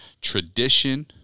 tradition